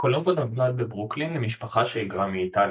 קולומבו נולד בברוקלין למשפחה שהיגרה מאיטליה.